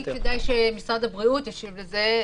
כדאי אולי שמשרד הבריאות ישיב לעניין הזה.